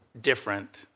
different